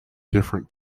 different